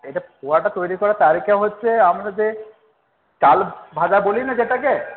এইটা পোহাটা তৈরি করার তারিকা হচ্ছে আমরা যে চাল ভাজা বলি না যেটাকে